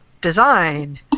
design